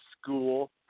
school